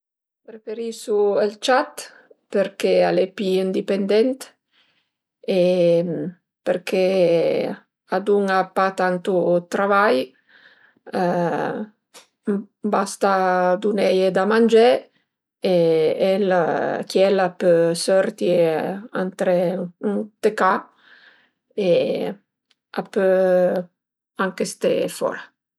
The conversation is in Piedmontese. Preferisu ël ciat perché al e pi indipendent e perché a dun-a pa tantu d'travai, basta duneie da mangé e el chiel a pö sörti e antré ën ca e a pö anche ste fora